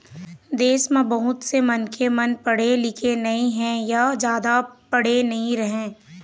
देश म बहुत से मनखे मन पढ़े लिखे नइ हे य जादा पढ़े नइ रहँय